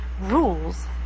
rules